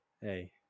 Hey